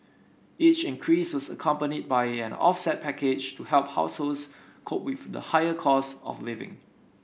each increase was accompanied by an offset package to help households cope with the higher costs of living